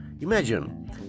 Imagine